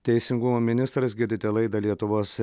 teisingumo ministras girdite laidą lietuvos